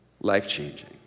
life-changing